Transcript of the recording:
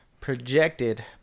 projected